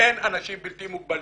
אין אנשים בלתי מוגבלים,